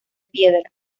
piedra